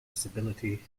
disability